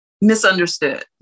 Misunderstood